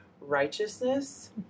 righteousness